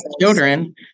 children